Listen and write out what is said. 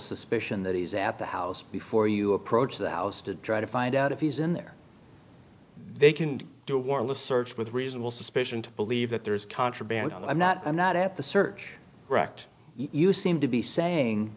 suspicion that he's at the house before you approach the house to try to find out if he's in there they can do warrantless search with reasonable suspicion to believe that there is contraband although i'm not i'm not at the search brecht you seem to be saying